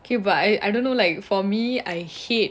okay but I I don't know like for me I hate